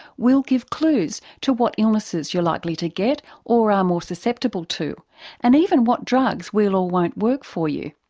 will give clues to what illnesses you are likely to get or are more susceptible to and even what drugs will or won't work for you.